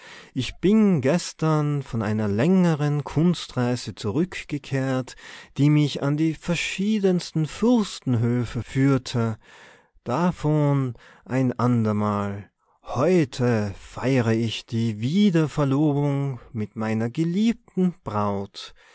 ich bin gestern von einer längeren kunstreise zurückgekehrt die mich an die verschiedensten fürstenhöfe führte davon ein andermal heute feiere ich die wiederverlobung mit meiner geliebten braut